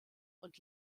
und